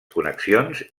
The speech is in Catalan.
connexions